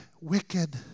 wicked